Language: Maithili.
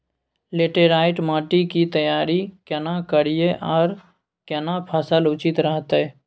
लैटेराईट माटी की तैयारी केना करिए आर केना फसल उचित रहते?